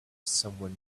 somewhere